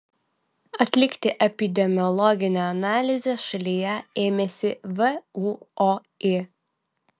atlikti epidemiologinę analizę šalyje ėmėsi vuoi